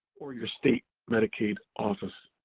or your state medicaid office.